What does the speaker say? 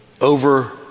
over